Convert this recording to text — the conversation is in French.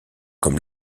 comme